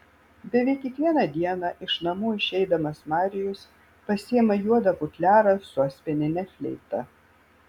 beveik kiekvieną dieną iš namų išeidamas marijus pasiima juodą futliarą su asmenine fleita